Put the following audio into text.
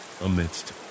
amidst